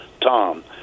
Tom